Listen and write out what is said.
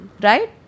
right